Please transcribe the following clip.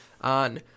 on